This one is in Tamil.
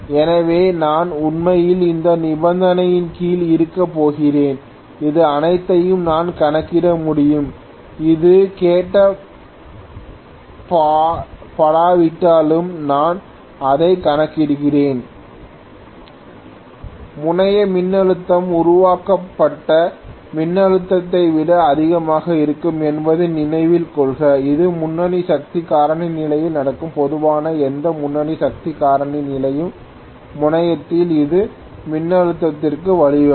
எனவே நான் உண்மையில் இந்த நிபந்தனையின் கீழ் இருக்கப் போகிறேன் இது அனைத்தையும் நான் கணக்கிட முடியும் இது கேட்கப்படாவிட்டாலும் நான் அதைக் கணக்கிடுகிறேன் RegulationLoad Voltage OC VoltageRated Voltage5980 6351Rated Voltage முனைய மின்னழுத்தம் உருவாக்கப்பட்ட மின்னழுத்தத்தை விட அதிகமாக இருக்கும் என்பதை நினைவில் கொள்க இது முன்னணி சக்தி காரணி நிலையில் நடக்கும் பொதுவாக எந்த முன்னணி சக்தி காரணி நிலையும் முனையத்தில் அதிக மின்னழுத்தத்திற்கு வழிவகுக்கும்